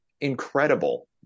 incredible